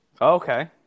okay